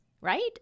right